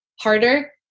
harder